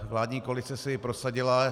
Vládní koalice si ji prosadila.